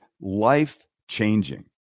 life-changing